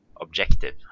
objective